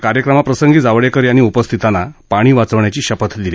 कार्यक्रमाप्रसंगी जावडेकर यांनी उपस्थितांना पाणी वाचवण्याची शपथ दिली